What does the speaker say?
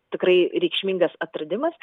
tikrai reikšmingas atradimas